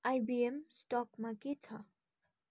IBM स्टकमा के छ